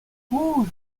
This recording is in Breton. trouz